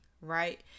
right